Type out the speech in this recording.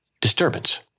disturbance